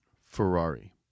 Ferrari